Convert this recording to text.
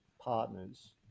partners